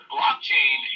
Blockchain